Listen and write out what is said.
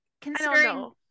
considering-